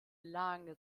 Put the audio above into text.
lange